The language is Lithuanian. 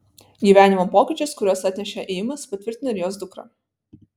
gyvenimo pokyčius kuriuos atnešė ėjimas patvirtina ir jos dukra